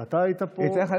אבל אתה היית פה,